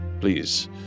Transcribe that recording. Please